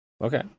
Okay